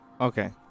Okay